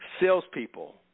Salespeople